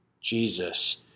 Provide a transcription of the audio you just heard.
Jesus